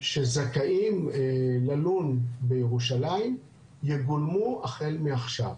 שזכאים ללון בירושלים יגולמו החל מעכשיו.